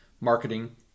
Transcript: marketing